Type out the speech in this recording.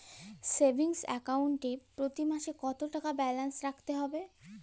Savings account এ প্রতি মাসে কতো টাকা ব্যালান্স রাখতে হবে?